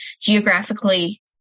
geographically